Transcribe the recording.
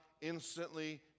instantly